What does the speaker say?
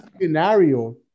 scenario